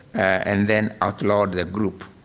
and then outlawed the group.